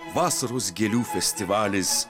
vasaros gėlių festivalis